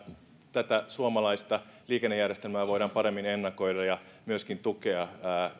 suomalaista liikennejärjestelmää voidaan paremmin ennakoida ja myöskin tukea